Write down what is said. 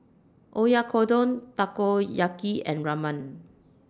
Oyakodon Takoyaki and Ramen